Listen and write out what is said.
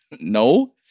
No